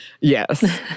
Yes